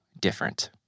different